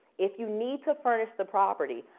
if you need to furnish the property,